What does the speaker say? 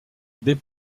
des